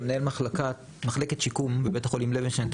כמנהל מחלקת שיקום בבית החולים ׳לוינשטיין׳,